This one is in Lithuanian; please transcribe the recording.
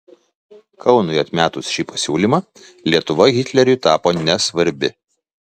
kaunui atmetus šį pasiūlymą lietuva hitleriui tapo nesvarbi